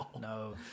no